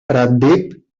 pratdip